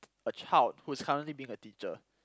a child who is currently being a teacher